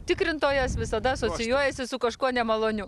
tikrintojas visada asocijuojasi su kažkuo nemaloniu